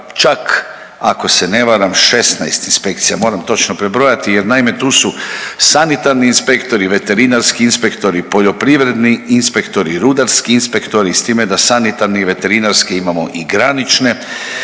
čak ako se ne varam 16 inspekcija, moram točno prebrojati jer naime tu su sanitarni inspektori, veterinarski inspektori, poljoprivredni inspektori, rudarski inspektori, s time da sanitarne i veterinarske imamo i granične, inspektori